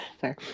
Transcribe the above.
Sorry